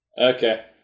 Okay